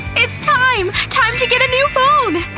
it's time! time to get a new phone!